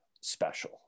special